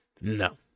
No